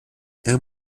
ihre